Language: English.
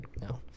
No